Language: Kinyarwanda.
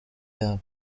yabo